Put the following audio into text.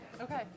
Okay